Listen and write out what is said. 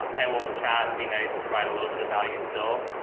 and we'll chat be nice, provide a little bit of value still,